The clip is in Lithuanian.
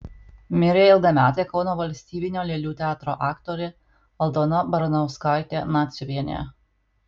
mirė ilgametė kauno valstybinio lėlių teatro aktorė aldona baranauskaitė naciuvienė